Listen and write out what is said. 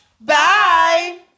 Bye